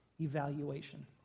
evaluation